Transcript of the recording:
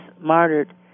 martyred